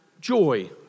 joy